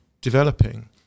developing